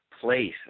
place